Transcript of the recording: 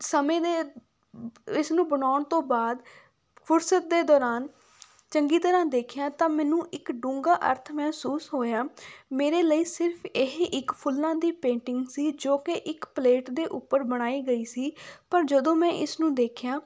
ਸਮੇਂ ਦੇ ਇਸ ਨੂੰ ਬਣਾਉਣ ਤੋਂ ਬਾਅਦ ਫੁਰਸਤ ਦੇ ਦੌਰਾਨ ਚੰਗੀ ਤਰ੍ਹਾਂ ਦੇਖਿਆ ਤਾਂ ਮੈਨੂੰ ਇੱਕ ਡੂੰਘਾ ਅਰਥ ਮਹਿਸੂਸ ਹੋਇਆ ਮੇਰੇ ਲਈ ਸਿਰਫ਼ ਇਹ ਇੱਕ ਫੁੱਲਾਂ ਦੀ ਪੇਂਟਿੰਗ ਸੀ ਜੋ ਕਿ ਇੱਕ ਪਲੇਟ ਦੇ ਉੱਪਰ ਬਣਾਈ ਗਈ ਸੀ ਪਰ ਜਦੋਂ ਮੈਂ ਇਸਨੂੰ ਦੇਖਿਆ